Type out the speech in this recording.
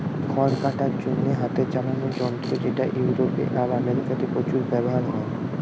খড় কাটার জন্যে হাতে চালানা যন্ত্র যেটা ইউরোপে আর আমেরিকাতে প্রচুর ব্যাভার হয়